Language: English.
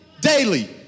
daily